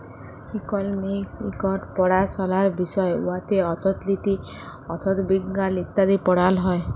economics ইকট পাড়াশলার বিষয় উয়াতে অথ্থলিতি, অথ্থবিজ্ঞাল ইত্যাদি পড়াল হ্যয়